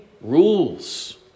rules